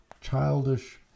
childish